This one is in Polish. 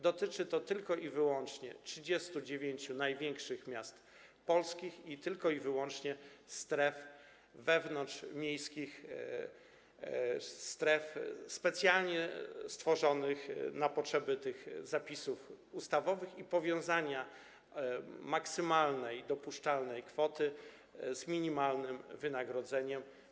Dotyczy to tylko i wyłącznie 39 największych polskich miast i tylko i wyłącznie stref wewnątrzmiejskich, stref specjalnie stworzonych na potrzeby tych zapisów ustawowych oraz powiązania maksymalnej dopuszczalnej kwoty z minimalnym wynagrodzeniem.